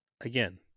Again